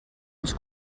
ens